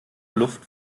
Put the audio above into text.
luft